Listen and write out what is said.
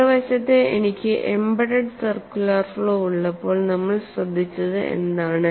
മറുവശത്ത് എനിക്ക് embedded circular flow ഉള്ളപ്പോൾ നമ്മൾ ശ്രദ്ധിച്ചത് എന്താണ്